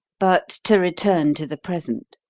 but to return to the present.